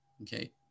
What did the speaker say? Okay